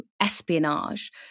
espionage